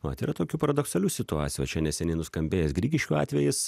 vat yra tokių paradoksalių situacijų va čia neseniai nuskambėjęs grigiškių atvejis